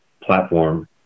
platform